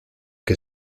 que